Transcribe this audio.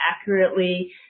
accurately